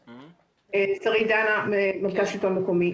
שרית דנה, מרכז שלטון מקומי.